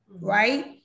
right